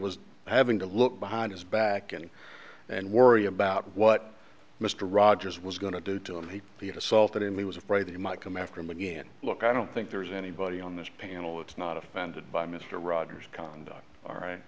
was having to look behind his back and and worry about what mr rogers was going to do to him he had assaulted him he was afraid he might come after him again look i don't think there's anybody on this panel it's not offended by mr rogers conduct all right